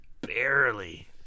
barely